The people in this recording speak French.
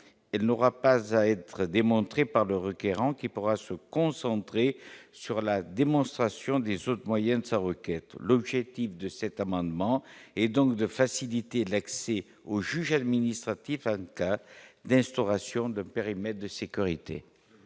elle n'aura pas à être démontrée par le requérant qui pourra se concentrer sur la démonstration des autres moyens de sa requête, l'objectif de cet amendement et donc de faciliter l'accès au juge administratif, un cas d'instauration de périmètre de sécurité.